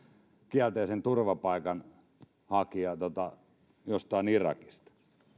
kielteisen turvapaikan hakija jostain irakista